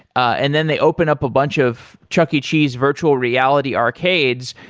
and then they open up a bunch of chuck e. cheese virtual reality arcades,